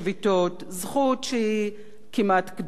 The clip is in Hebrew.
זכות שהיא כמעט קדושה,